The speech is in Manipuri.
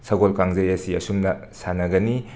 ꯁꯒꯣꯜ ꯀꯥꯡꯖꯩ ꯑꯁꯤ ꯑꯁꯨꯝꯅ ꯁꯥꯟꯅꯒꯅꯤ